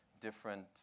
different